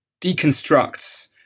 deconstructs